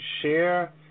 share